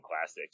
classics